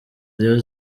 rayon